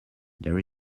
there